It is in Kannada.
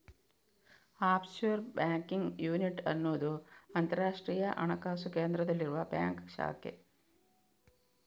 ಆಫ್ಶೋರ್ ಬ್ಯಾಂಕಿಂಗ್ ಯೂನಿಟ್ ಅನ್ನುದು ಅಂತರಾಷ್ಟ್ರೀಯ ಹಣಕಾಸು ಕೇಂದ್ರದಲ್ಲಿರುವ ಬ್ಯಾಂಕ್ ಶಾಖೆ